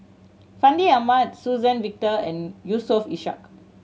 Fandi Ahmad Suzann Victor and Yusof Ishak